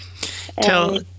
Tell